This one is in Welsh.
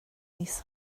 mis